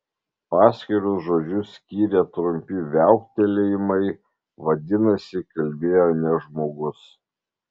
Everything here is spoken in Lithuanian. paskirus žodžius skyrė trumpi viauktelėjimai vadinasi kalbėjo ne žmogus